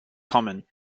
common